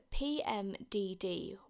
PMDD